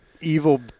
evil